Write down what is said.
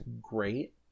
great